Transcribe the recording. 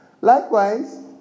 Likewise